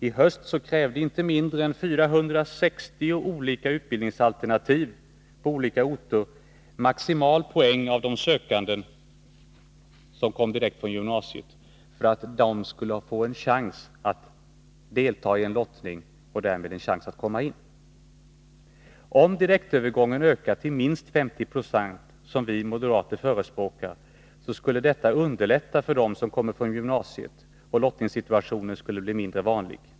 I höst krävde inte mindre än 460 olika utbildningsalternativ på olika orter maximal poäng av de sökande som kom direkt från gymnasiet för att de skulle få en chans att delta i lottningen och därmed få en chans att komma in. Om direktövergången ökade till minst 50 96, som vi moderater förespråkar, skulle detta underlätta för dem som kommer från gymnasiet, och lottningssituationen skulle bli mindre vanlig.